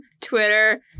Twitter